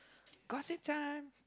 gossip time